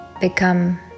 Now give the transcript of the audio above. become